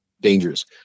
dangerous